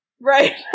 Right